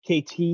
KT